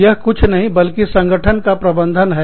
यह कुछ नहीं बल्कि संगठन का प्रबंधन है